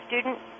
student